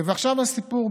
עכשיו הסיפור,